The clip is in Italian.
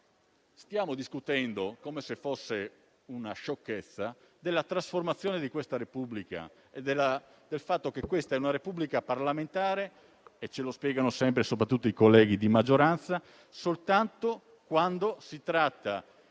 stiamo discutendo, come se fosse una sciocchezza, della trasformazione di questa Repubblica e del fatto che questa è una Repubblica parlamentare - come ci spiegano sempre i colleghi di maggioranza - soltanto quando si tratta di